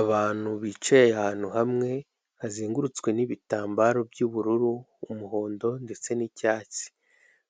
Abantu bicaye ahantu hamwe hazengurutswe n'ibitambaro by'ubururu, umuhondo ndetse n'icyatsi,